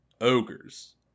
ogres